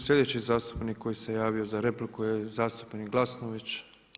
Sljedeći zastupnik koji se javio za repliku je zastupnik Glasnović.